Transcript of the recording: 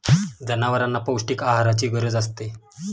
जनावरांना पौष्टिक आहाराची गरज असते